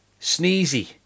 Sneezy